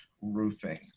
Roofing